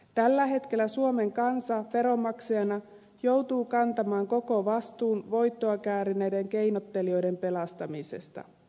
tällä hetkellä suomen kansa veronmaksajana joutuu kantamaan koko vastuun voittoa käärineiden keinottelijoiden pelastamisesta